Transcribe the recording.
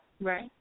Right